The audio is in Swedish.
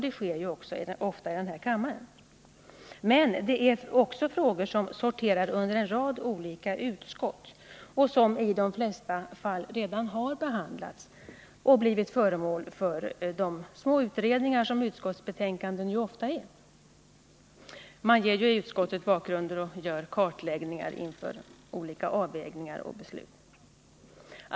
Det sker ju också ofta i den här kammaren. Men det är också frågor som sorterar under en rad olika utskott och som i de flesta fall redan har behandlats och blivit föremål för de små utredningar som Respekten för människolivet utskottsbetänkanden ofta är. Man ger ju i utskotten bakgrunder och gör kartläggningar inför olika avvägningar och beslut.